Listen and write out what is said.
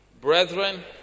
Brethren